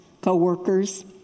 co-workers